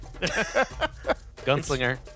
Gunslinger